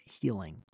healing